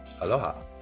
Aloha